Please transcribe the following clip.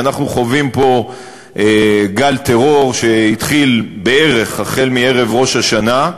אנחנו חווים פה גל טרור שהתחיל בערך בערב ראש השנה,